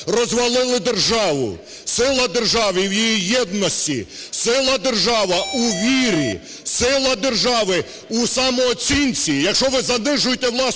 розвалили державу. Сила держави в її єдності, сила держави у вірі, сила держави у самооцінці. Якщо ви занижуєте власну